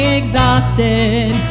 exhausted